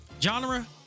genre